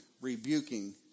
rebuking